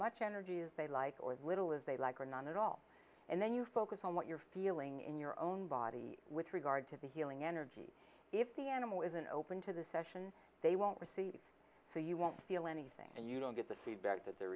much energy as they like or little as they like or none at all and then you focus on what you're feeling in your own body with regard to the healing energy if the animal isn't open to the session they won't receive so you won't feel anything and you don't get the feedback that they're